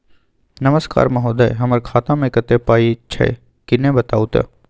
नमस्कार महोदय, हमर खाता मे कत्ते पाई छै किन्ने बताऊ त?